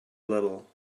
little